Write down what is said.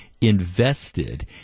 invested